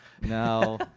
No